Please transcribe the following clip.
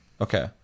Okay